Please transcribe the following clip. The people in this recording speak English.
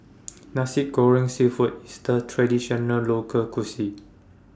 Nasi Goreng Seafood IS A Traditional Local Cuisine